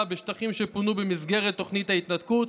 בשטחים שפונו במסגרת תוכנית ההתנתקות,